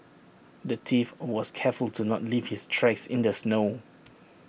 the thief was careful to not leave his tracks in the snow